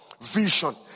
vision